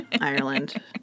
Ireland